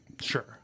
Sure